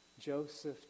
Joseph